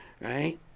Right